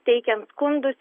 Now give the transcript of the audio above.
teikėm skundus